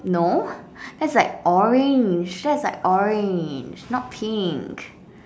no that's like orange that's like orange not pink